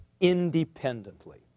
independently